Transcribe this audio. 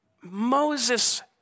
Moses